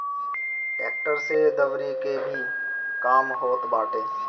tractor से दवरी के भी काम होत बाटे